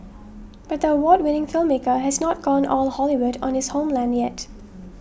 but the award winning filmmaker has not gone all the Hollywood on his homeland yet